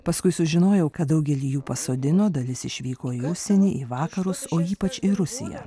paskui sužinojau kad daugelį jų pasodino dalis išvyko į užsienį į vakarus o ypač į rusiją